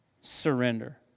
surrender